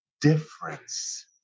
difference